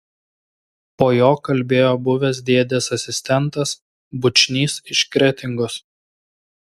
po jo kalbėjo buvęs dėdės asistentas bučnys iš kretingos